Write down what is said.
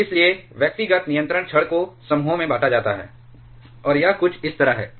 और इसलिए व्यक्तिगत नियंत्रण छड़ को समूहों में बांटा जाता है और यह कुछ इस तरह है